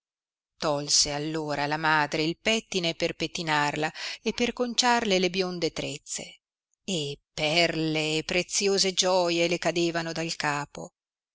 tolse allora la madre il pettine per pettinarla e per conciarle le bionde trezze e perle e preziose gioie le cadevano dal capo